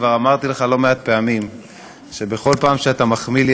כבר אמרתי לך לא מעט פעמים שבכל פעם שאתה מחמיא לי,